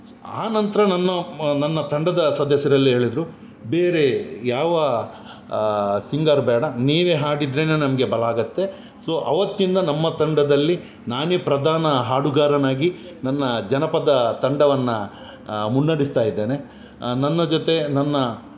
ಆನಂತರ ನನ್ನ ನನ್ನ ತಂಡದ ಸದಸ್ಯರಲ್ಲಿ ಹೇಳಿದರು ಬೇರೆ ಯಾವ ಸಿಂಗರ್ ಬೇಡ ನೀವೇ ಹಾಡಿದ್ರೆನೆ ನಮಗೆ ಬಲ ಆಗುತ್ತೆ ಸೊ ಅವತ್ತಿಂದ ನಮ್ಮ ತಂಡದಲ್ಲಿ ನಾನೇ ಪ್ರಧಾನ ಹಾಡುಗಾರನಾಗಿ ನನ್ನ ಜನಪದ ತಂಡವನ್ನು ಮುನ್ನಡೆಸ್ತಾ ಇದ್ದೇನೆ ನನ್ನ ಜೊತೆ ನನ್ನ